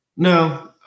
No